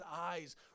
eyes